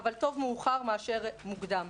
אבל טוב מאוחר מאשר מוקדם.